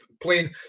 plain